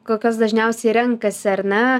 kokias dažniausiai renkasi ar ne